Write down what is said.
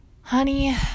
honey